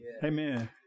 Amen